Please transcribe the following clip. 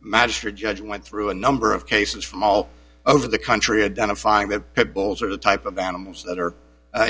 magistrate judge went through a number of cases from all over the country identifying that pit bulls are the type of animals that are